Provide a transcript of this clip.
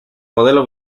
modelo